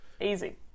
easy